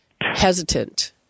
hesitant